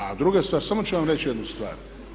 A druga stvar, samo ću vam reći jednu stvar.